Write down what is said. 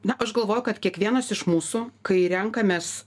na aš galvoju kad kiekvienas iš mūsų kai renkamės